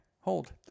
hold